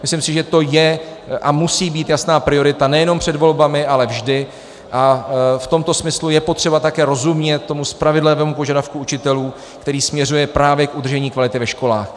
Myslím si, že to je a musí být jasná priorita nejenom před volbami, ale vždy, a v tomto smyslu je potřeba také rozumět tomu spravedlivému požadavku učitelů, který směřuje právě k udržení kvality ve školách.